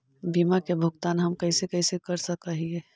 बीमा के भुगतान हम कैसे कैसे कर सक हिय?